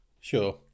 Sure